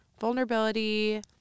Vulnerability